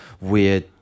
weird